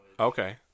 Okay